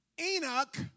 Enoch